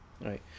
right